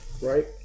Right